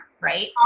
right